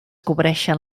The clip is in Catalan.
cobreixen